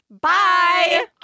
Bye